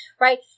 right